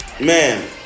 man